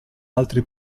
altri